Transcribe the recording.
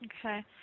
Okay